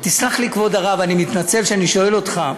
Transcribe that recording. תסלח לי, כבוד הרב, אני מתנצל שאני שואל אותך,